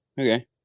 Okay